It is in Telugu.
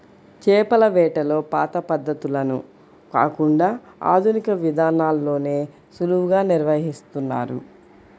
చేపల వేటలో పాత పద్ధతులను కాకుండా ఆధునిక విధానాల్లోనే సులువుగా నిర్వహిస్తున్నారు